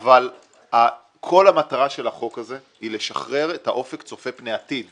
אבל כל המטרה של החוק הזה היא לשחרר את האופק צופה פני עתיד ולכן,